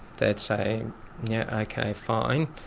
they'd say yeah ok, fine,